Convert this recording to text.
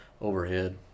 overhead